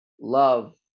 love